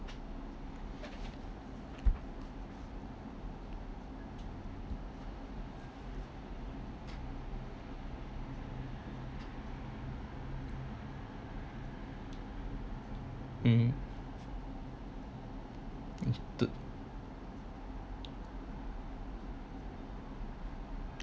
mm